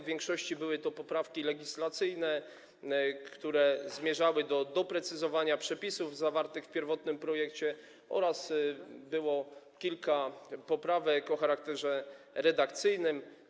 W większości były to poprawki legislacyjne, które zmierzały do doprecyzowania przepisów zawartych w pierwotnym projekcie, było też kilka poprawek o charakterze redakcyjnym.